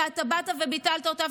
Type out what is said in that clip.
ואתה באת וביטלת אותה.